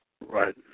Right